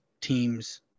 teams